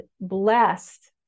blessed